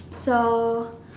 so